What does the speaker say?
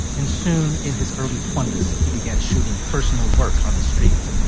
and soon in his early twenty s, he began shooting personal work on the street